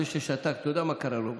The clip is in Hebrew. זה ששתק, אתה יודע מה קרה לו בסוף?